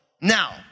Now